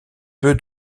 peu